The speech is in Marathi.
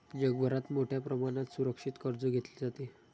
जगभरात मोठ्या प्रमाणात सुरक्षित कर्ज घेतले जाते